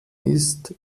ist